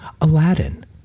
aladdin